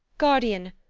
guardian!